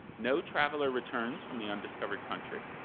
no traveller returns from the undiscovered country?